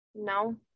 No